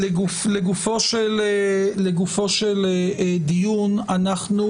לגופו של דיון, אנחנו